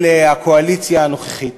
של הקואליציה הנוכחית,